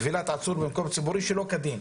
כבילת עצור במקום ציבורי שלא כדין.